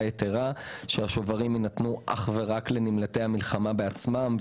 יתרה שהשוברים יינתנו אך ורק ולנמלטי המלחמה בעצמם,